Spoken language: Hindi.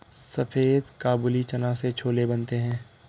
सफेद काबुली चना से छोले बनते हैं